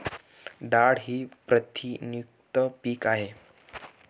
डाळ ही प्रथिनयुक्त पीक आहे